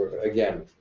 again